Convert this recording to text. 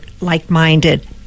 like-minded